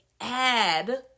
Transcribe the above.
add